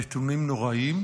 נתונים נוראיים.